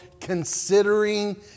considering